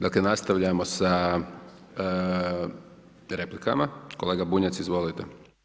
Dakle nastavljamo sa replikama, kolega Bunjac, izvolite.